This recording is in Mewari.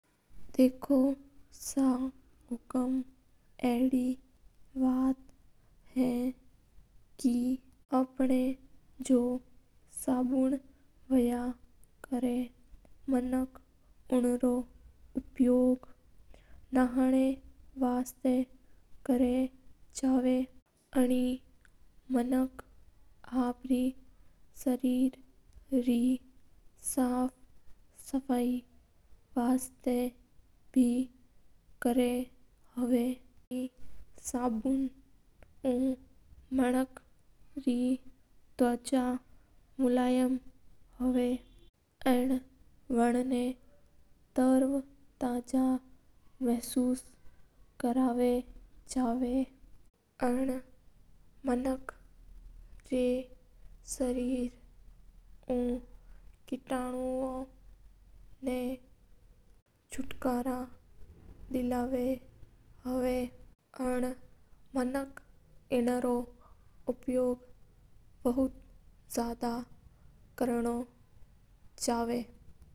देखो सा हुकूम अपना जो साबुन हुया करा वो अपना बहुत काम आया करा। करा अनूमानक आप री शरीर रे साफ-सफाई भी करा हा। साबुन उ मानक रे त्वचा बे मुलायम हवा हा एन ना आपुग उ केत्नु बे चुटकरो पावा एन रो उपयोग मन बोध करा हा।